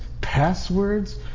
passwords